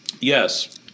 Yes